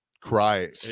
cry